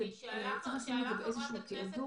צריך לשים את זה באיזשהו תיעדוף.